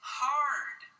hard